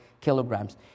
kilograms